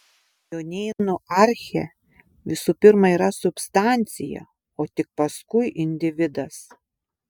jonėnų archė visų pirma yra substancija o tik paskui individas